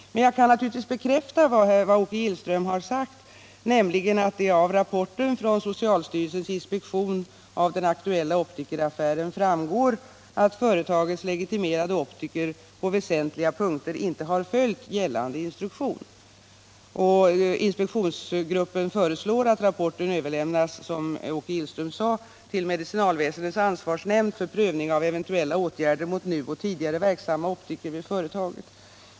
Men jag kan naturligtvis bekräfta vad Åke Gillström har sagt, nämligen att det av rapporten från socialstyrelsens inspektion av den aktuella optikeraffären framgår att företagets legitimerade optiker på väsentliga punkter inte har följt gällande instruktion. Inspektionsgruppen föreslår, som Åke Gillström nämnde, att rapporten överlämnas till medicinalväsendets ansvarsnämnd för prövning av eventuella åtgärder mot nu och tidigare verksamma optiker vid företaget.